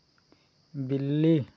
बिल्ली